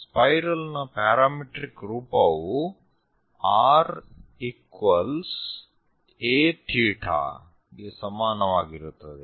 spiral ನ parametric ರೂಪವು r aಥೀಟಾ ಗೆ ಸಮಾನವಾಗಿರುತ್ತದೆ